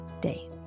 day